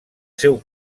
seu